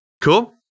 Cool